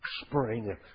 Spring